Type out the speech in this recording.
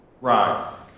Right